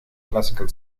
classical